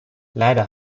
leider